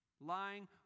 Lying